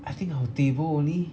I think our table only